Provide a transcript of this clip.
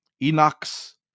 Enoch's